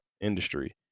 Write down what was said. industry